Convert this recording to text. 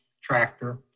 tractor